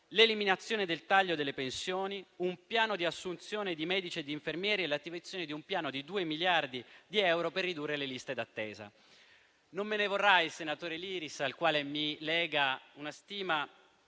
l'eliminazione del taglio delle pensioni, un piano di assunzione di medici e di infermieri e l'attivazione di un piano di 2 miliardi di euro per ridurre le liste d'attesa. Non me ne vorrà il senatore Liris, al quale mi lega una stima